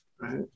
Right